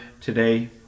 today